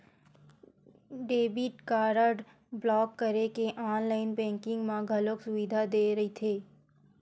debit card block करे के online banking म घलो सुबिधा दे रहिथे